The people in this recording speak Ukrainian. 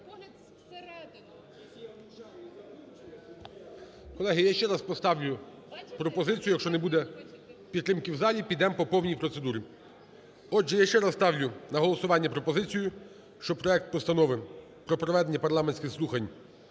Колеги, я ще раз поставлю пропозицію, якщо не буде підтримки в залі, підемо по повній процедурі. Отже, я ще раз ставлю на голосування пропозицію, що проект Постанови про проведення парламентських слухань